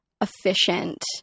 efficient